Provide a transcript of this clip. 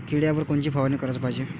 किड्याइवर कोनची फवारनी कराच पायजे?